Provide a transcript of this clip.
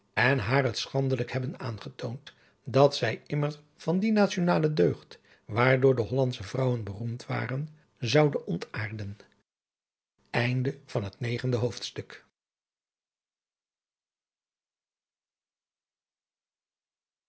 en haar het schandelijke hebben aangetoond dat zij immer van die nationale deugd waardoor de hollandsche vrouwen beroemd waren zoude ontaarden adriaan loosjes pzn het leven